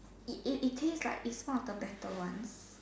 it it taste like it's not the better ones